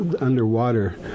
underwater